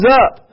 up